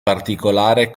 particolare